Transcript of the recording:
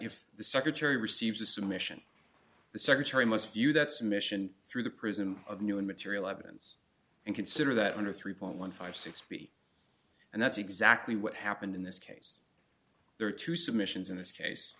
if the secretary receives a submission the secretary must view that submission through the prism of new material evidence and consider that under three point one five six b and that's exactly what happened in this case there are two submissions in this case